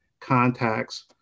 contacts